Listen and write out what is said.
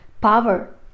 power